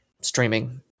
streaming